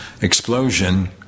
explosion